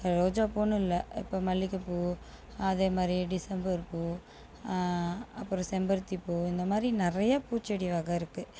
ரோஜாப்பூனு இல்லை இப்போ மல்லிகப்பூ அதேமாரி டிசம்பர் பூ அப்புறம் செம்பருத்தி பூ இந்தமாதிரி நிறைய பூச்செடி வகை இருக்கு